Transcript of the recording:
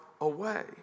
away